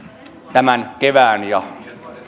tämän kevään ja